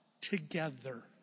together